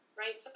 right